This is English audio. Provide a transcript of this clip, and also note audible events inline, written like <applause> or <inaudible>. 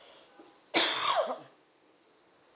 <coughs>